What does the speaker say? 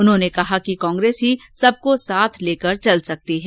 उन्होने कहा कि कांग्रेस ही सबको साथ लेकर चल सकती है